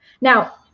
Now